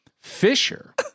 Fisher